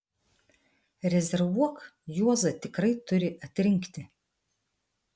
rezervuok juozą tikrai turi atrinkti